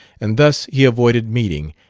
and thus he avoided meeting,